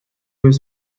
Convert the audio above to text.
was